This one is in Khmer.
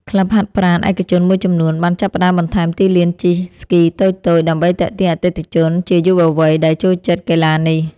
ក្លឹបហាត់ប្រាណឯកជនមួយចំនួន បានចាប់ផ្ដើមបន្ថែមទីលានជិះស្គីតូចៗ ដើម្បីទាក់ទាញអតិថិជនជាយុវវ័យដែលចូលចិត្តកីឡានេះ។